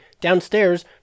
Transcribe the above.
downstairs